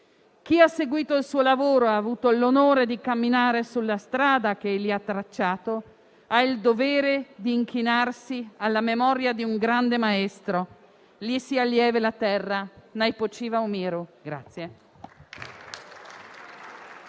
Chi ha seguito il suo lavoro e ha avuto l'onore di camminare sulla strada che egli ha tracciato ha il dovere di inchinarsi alla memoria di un grande maestro. Gli sia lieve la terra.